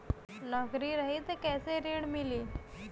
नौकरी रही त कैसे ऋण मिली?